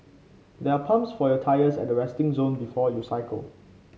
there are pumps for your tyres at the resting zone before you cycle